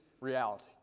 reality